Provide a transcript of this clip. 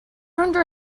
hundred